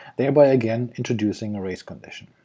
thereby again introducing a race condition.